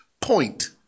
point